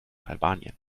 albanien